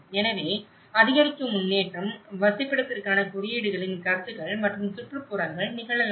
எனவே அதிகரிக்கும் முன்னேற்றம் வசிப்பிடத்திற்கான குறியீடுகளின் கருத்துகள் மற்றும் சுற்றுப்புறங்கள் நிகழலாம்